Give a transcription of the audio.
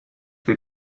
will